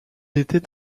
était